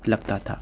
لگتا تھا